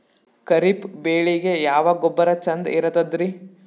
ಖರೀಪ್ ಬೇಳಿಗೆ ಯಾವ ಗೊಬ್ಬರ ಚಂದ್ ಇರತದ್ರಿ?